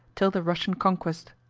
till the russian conquest.